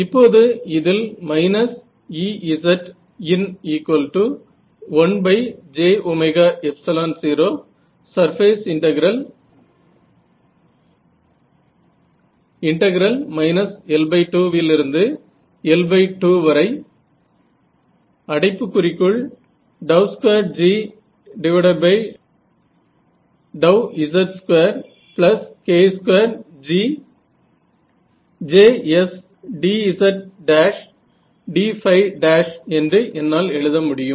இப்போது இதில் Ezin1j0 L2L22Gz2k2GJsdzd என்று என்னால் எழுத முடியும்